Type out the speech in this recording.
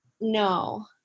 No